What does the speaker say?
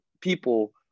people